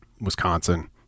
Wisconsin